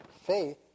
faith